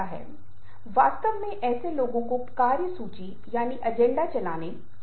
इसलिए संदर्भ प्रासंगिक है लेकिन कुछ संदर्भों में अशाब्दिक संचार घटक काफी महत्वपूर्ण है कि हम यहां से क्या इकट्ठा करते हैं